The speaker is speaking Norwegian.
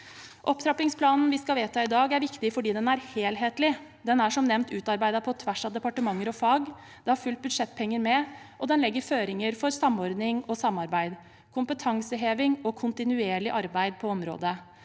Opptrappingsplanen vi skal vedta i dag, er viktig fordi den er helhetlig. Den er som nevnt utarbeidet på tvers av departementer og fag, det har fulgt budsjettpenger med, og den legger føringer for samordning og samarbeid, kompetanseheving og kontinuerlig arbeid på området.